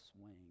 swing